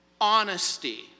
honesty